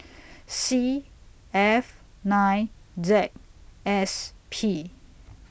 C F nine Z S P